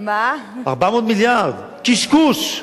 400 מיליארד, קשקוש,